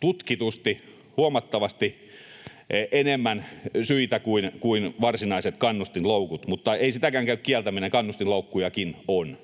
tutkitusti huomattavasti enemmän kuin varsinaiset kannustinloukut, mutta ei sitäkään käy kieltäminen, että kannustinloukkujakin on,